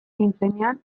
nintzenean